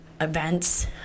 events